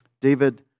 David